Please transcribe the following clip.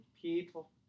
People